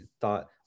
thought